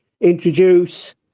introduce